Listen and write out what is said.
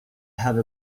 have